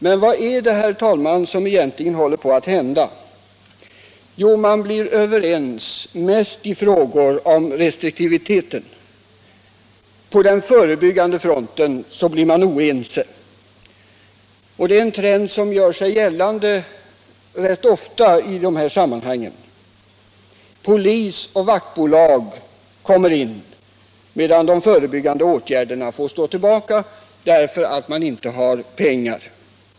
Men vad är det som egentligen händer? Jo, man blir överens mest i frågor som rör restriktiviteten. På den förebyggande delen blir man oense. Det är en trend som gör sig gällande rätt ofta i de här sammanhangen. Polis och vaktbolag kommer in, medan de förebyggande åtgärderna får stå tillbaka därför att man inte har pengar.